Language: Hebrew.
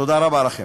תודה רבה לכם.